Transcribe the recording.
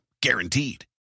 Guaranteed